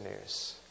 news